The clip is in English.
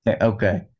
Okay